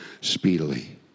speedily